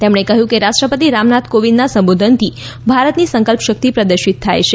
તેમણે કહ્યું કે રાષ્ટ્રપતિ રામનાથ કોવિંદના સંબોધનથી ભારતની સંકલ્પ શક્તિ પ્રદર્શિત થાય છે